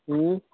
اۭں